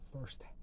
first